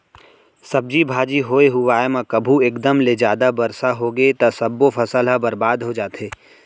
सब्जी भाजी होए हुवाए म कभू एकदम ले जादा बरसा होगे त सब्बो फसल ह बरबाद हो जाथे